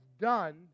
done